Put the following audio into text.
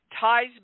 ties